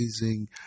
amazing